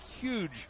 huge